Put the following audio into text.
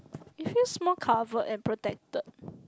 it feels more cover and protected